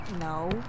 no